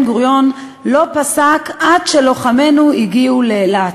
לא סתם במלחמת העצמאות בן-גוריון לא פסק עד שלוחמינו הגיעו לאילת.